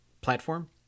platform